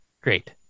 Great